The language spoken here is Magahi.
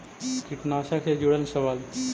कीटनाशक से जुड़ल सवाल?